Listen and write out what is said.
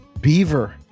Beaver